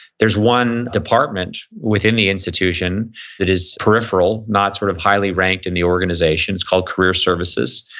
there's one department within the institution that is peripheral, not sort of highly ranked in the organization is called career services.